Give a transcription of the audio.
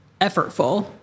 effortful